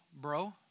bro